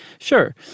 sure